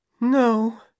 No